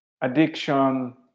Addiction